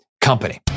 company